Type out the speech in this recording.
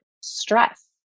stress